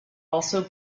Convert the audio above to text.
also